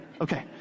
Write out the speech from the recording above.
Okay